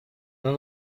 dans